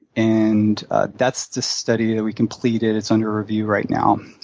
and that's the study we completed. it's under review right now.